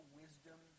wisdom